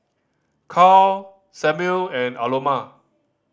Carl Samuel and Aloma